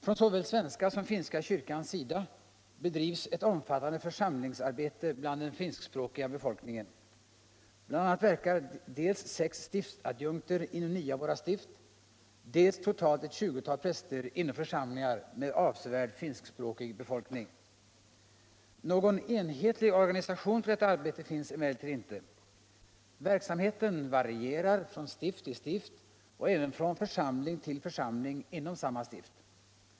Från såväl svenska som finska kyrkan bedrivs ett omfattande församlingsarbete bland den finskspråkiga befolkningen. BI. a. verkar dels sex stiftsadjunkter inom nio av våra stift, dels totalt ett 20-tal präster inom församlingar med avsevärd finskspråkig befolkning. Någon enhetlig organisation för detta arbete finns emellertid inte. Verksamheten varierar från stift till stift och även från församling till församling inom samma stift.